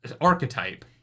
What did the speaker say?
archetype